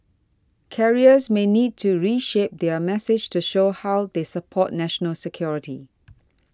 carriers may need to reshape their message to show how they support national security